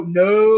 no